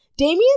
Damien